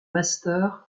master